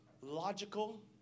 logical